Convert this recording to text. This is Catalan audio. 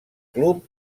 club